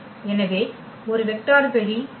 எனவே ஒரு வெக்டர் வெளி இருக்கு